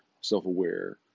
self-aware